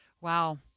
Wow